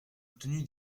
obtenu